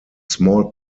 small